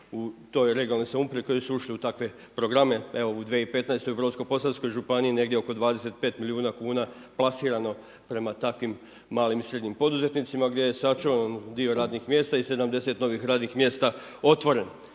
u toj regionalnoj samoupravi koji su ušli u takve programe. Evo u 2015. u Brodsko-posavskoj županiji negdje oko 25 milijuna kuna plasirano prema takvim malim i srednjim poduzetnicima gdje je sačuvano dio radnih mjesta i 70 novih radnih mjesta otvoreno.